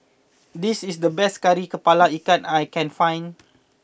this is the best Kari Kepala Ikan that I can find